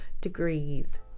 degrees